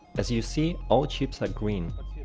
as you see, all chips are green